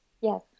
Yes